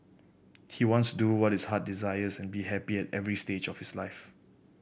he wants do what his heart desires and be happy at every stage of his life